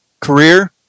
career